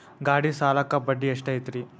ಗಾಡಿ ಸಾಲಕ್ಕ ಬಡ್ಡಿ ಎಷ್ಟೈತ್ರಿ?